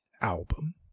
album